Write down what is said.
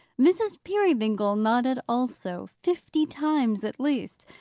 mrs. peerybingle nodded also, fifty times at least.